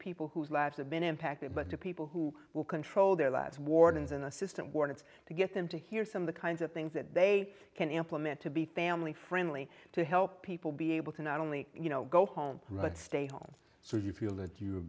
people whose lives have been impacted to people who will control their lives wardens an assistant wants to get them to hear some of the kinds of things that they can implement to be family friendly to help people be able to not only go home but stay home so you feel that you are